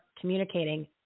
communicating